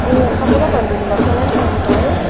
ए अँ सबैलाई भनिदिनु भएको छ होला नि त टाइम त है